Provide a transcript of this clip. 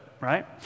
right